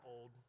old